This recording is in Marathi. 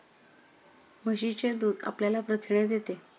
म्हशीचे दूध आपल्याला प्रथिने देते